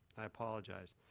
i apologize.